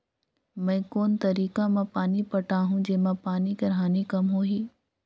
मैं कोन तरीका म पानी पटाहूं जेमा पानी कर हानि कम होही?